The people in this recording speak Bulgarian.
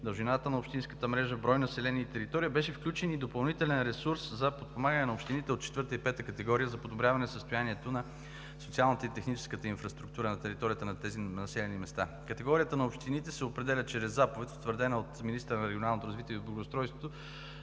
дължина на общинската мрежа, брой население и територия, беше включен и допълнителен ресурс за подпомагане на общините от четвърта и пета категория за подобряване състоянието на социалната и техническата инфраструктура на територията на тези населени места. Категорията на общините се определя чрез заповед, утвърдена от министъра на регионалното развитие и благоустройството